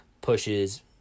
pushes